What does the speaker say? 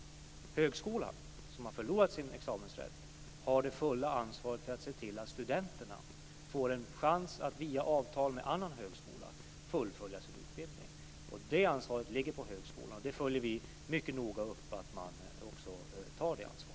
Den högskola som har förlorat sin examensrätt har det fulla ansvaret för att studenterna får en chans att via avtal med annan högskola fullfölja sin utbildning. Det ansvaret ligger på högskolan. Vi följer noga upp att man tar det ansvaret.